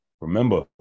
remember